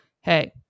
Hey